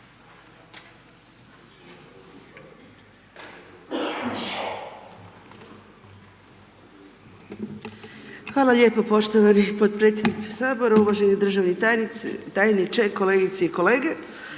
Hvala lijepo poštovani potpredsjedniče Sabora, uvaženi državni tajniče, kolegice i kolege.